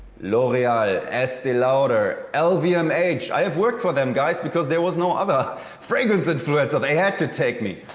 l'oreal, estee lauder, lvmh. i have worked for them, guys, because there was no other fragrance influencer. they had to take me.